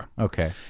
Okay